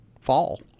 fall